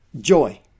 joy